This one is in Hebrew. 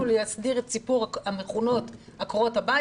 להסדיר את סיפור המכונות "עקרות הבית",